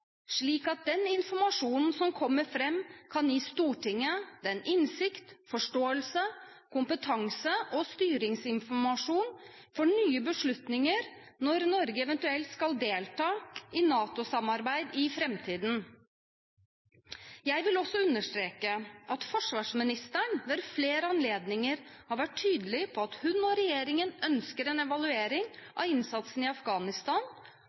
slik at den informasjonen som kommer fram, kan gi Stortinget innsikt, forståelse, kompetanse og styringsinformasjon for nye beslutninger når Norge eventuelt skal delta i NATO-samarbeid i framtiden. Jeg vil også understreke at forsvarsministeren ved flere anledninger har vært tydelig på at hun og regjeringen ønsker en evaluering av innsatsen i Afghanistan.